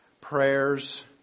prayers